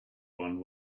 one